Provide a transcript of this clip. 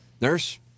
Nurse